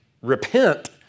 repent